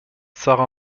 sarre